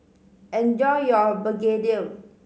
enjoy your begedil